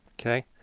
Okay